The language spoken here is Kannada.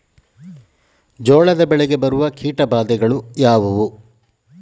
ಜೋಳದ ಬೆಳೆಗೆ ಬರುವ ಕೀಟಬಾಧೆಗಳು ಯಾವುವು?